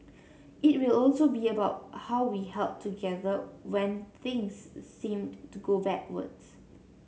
it will also be about how we held together when things seemed to go backwards